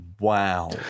wow